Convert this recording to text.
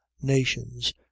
nations